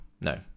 no